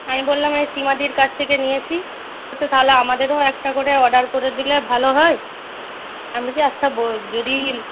আমি বললাম এই সীমাদির কাছ থেকে নিয়েছি বলছে তাহলে আমাদেরও একটা করে অর্ডার করে দিলে ভালো হয় আমি বলছি আচ্ছা যদি